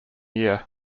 year